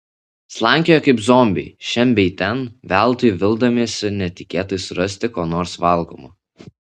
slankiojo kaip zombiai šen bei ten veltui vildamiesi netikėtai surasti ko nors valgomo